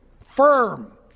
firm